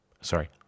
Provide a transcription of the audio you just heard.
Sorry